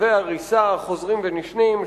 צווי ההריסה חוזרים ונשנים,